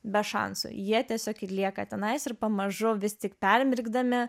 be šansų jie tiesiog ir lieka tenais ir pamažu vis tik permirkdami